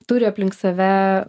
turi aplink save